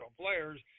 players